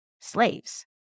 slaves